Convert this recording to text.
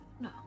No